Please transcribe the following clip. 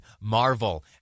marvel